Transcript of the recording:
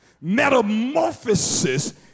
Metamorphosis